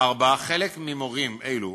4. חלק ממורים אלו